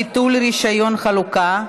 ביטול רישיון חלוקה),